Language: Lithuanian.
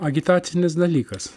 agitacinis dalykas